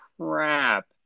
crap